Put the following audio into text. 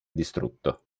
distrutto